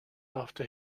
after